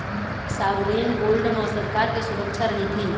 sovereign gold म सरकार के सुरक्छा रहिथे